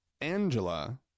Angela